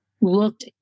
looked